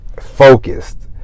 focused